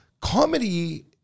comedy